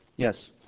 Yes